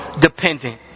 dependent